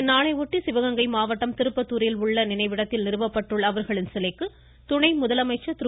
இந்நாளையொட்டி சிவகங்கை மாவட்டம் திருப்பத்தூரில் உள்ள நினைவிடத்தில் நிறுவப்பட்டுள்ள அவர்களின் சிலைக்கு துணை முதலமைச்சர் திரு